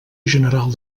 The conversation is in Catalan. general